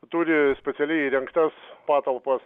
turi specialiai įrengtas patalpas